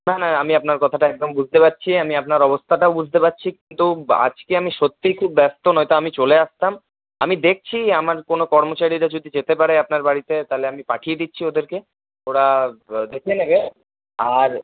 না না আমি আপনার কথাটা একদম বুঝতে পারছি আমি আপনার অবস্থাটাও বুঝতে পারছি কিন্তু আজকে আমি সত্যিই খুব ব্যস্ত নয়তো আমি চলে আসতাম আমি দেখছি আমার কোনও কর্মচারীরা যদি যেতে পারে আপনার বাড়িতে তাহলে আমি পাঠিয়ে দিচ্ছি ওদেরকে ওরা দেখে নেবে আর